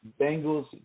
Bengals